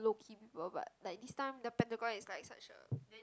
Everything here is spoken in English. low key people but like this time the pentagon is like such a